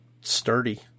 sturdy